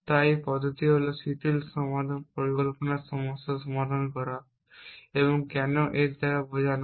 তাই একটি পদ্ধতি হল শিথিল পরিকল্পনা সমস্যা সমাধান করা এবং কেন এর দ্বারা বোঝানো হয়